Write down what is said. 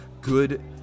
good